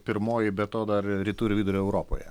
pirmoji be to dar rytų ir vidurio europoje